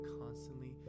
constantly